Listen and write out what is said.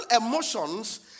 emotions